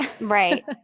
Right